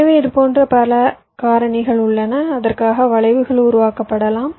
எனவே இதுபோன்ற பல காரணிகள் உள்ளன அதற்காக வளைவுகள் உருவாக்கப்படலாம்